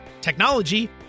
technology